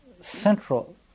central